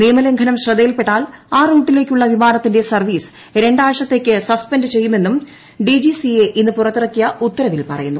നിയമലംഘനം ശ്രദ്ധയിൽപ്പെട്ടാൽ അ റൂട്ടിലേക്കുള്ള വിമാനത്തിന്റെ സർവീസ് രണ്ടാഴ്ചത്തേക്ക് സസ്പെൻഡ് ചെയ്യുമെന്നും ഡിജിസിഎ ഇന്ന് പുറത്തിറക്കിയ ഉത്തരവിൽ പറയുന്നു